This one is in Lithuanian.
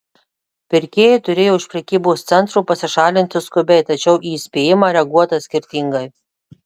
pirkėjai turėjo iš prekybos centro pasišalinti skubiai tačiau į įspėjimą reaguota skirtingai